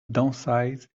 downsize